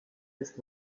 jest